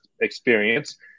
experience